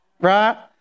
right